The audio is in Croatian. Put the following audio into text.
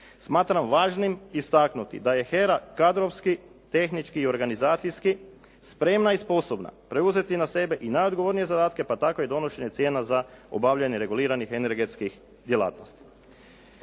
Smatram važnim istaknuti da je HERA kadrovski, tehnički i organizacijski spremna i sposobna preuzeti na sebe i najodgovornije zadatke pa tako i donošenje cijena za obavljanje reguliranih energetskih djelatnosti.